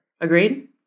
Agreed